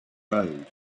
road